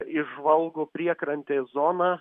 įžvalgo priekrantės zoną